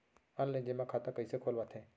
Online जेमा खाता कइसे खोलवाथे?